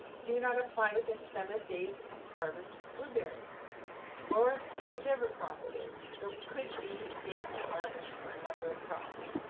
do not apply within seven days of harvest of blueberries or whichever crop it is. there could be days to harvest for a number of crops.